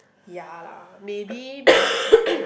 ya lah maybe but